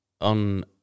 on